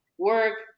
work